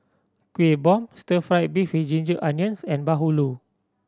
Kuih Bom Stir Fry beef with ginger onions and bahulu